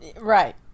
Right